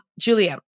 julia